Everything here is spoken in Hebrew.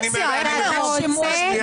אני רק רוצה לומר,